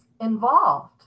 involved